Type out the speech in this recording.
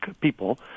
people